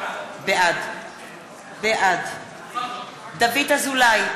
בעד דוד אזולאי,